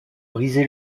brisé